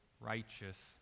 righteous